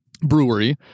brewery